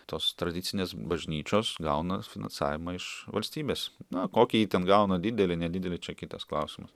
tos tradicinės bažnyčios gauna finansavimą iš valstybės na kokį ji ten gauna didelį nedidelį čia kitas klausimas